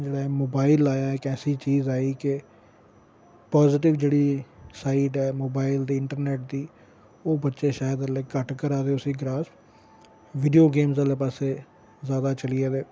जेह्ड़ा एह् मोबाइल आया इक ऐसी चीज आई के पाजटिब जेह्ड़ी साइड ऐ मोबाइल दी इंटरनेट दी ओह् बच्चे शायद अजें घट्ट करै दे उसी ग्रास्प विडियो गेम्स आहले पास्सै ज्यादा चली गेदे